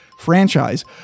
franchise